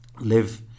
live